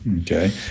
okay